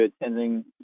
attending